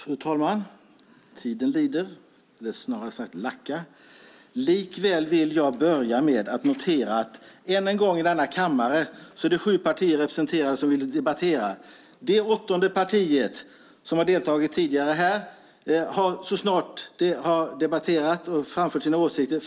Fru talman! Tiden lider, eller snarare lackar. Likväl vill jag börja mitt anförande med att notera att det än en gång är sju partier som vill debattera här i kammaren. Det åttonde partiet som har deltagit tidigare har flytt ur kammaren så snart det framfört sina åsikter.